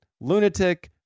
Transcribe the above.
lunatic